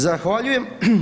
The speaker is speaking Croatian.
Zahvaljujem.